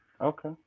Okay